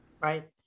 Right